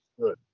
good